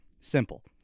Simple